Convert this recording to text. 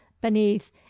beneath